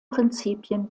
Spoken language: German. prinzipien